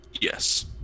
Yes